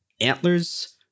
antlers